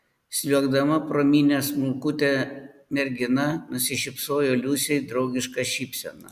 sliuogdama pro minią smulkutė mergina nusišypsojo liusei draugiška šypsena